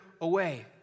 away